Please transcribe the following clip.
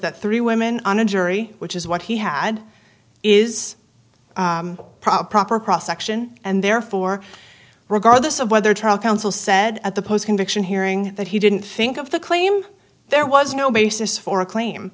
that three women on a jury which is what he had is probably a proper prosecution and therefore regardless of whether trial counsel said at the post conviction hearing that he didn't think of the claim there was no basis for a claim